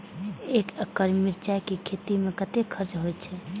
एक एकड़ मिरचाय के खेती में कतेक खर्च होय छै?